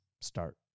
start